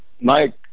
Mike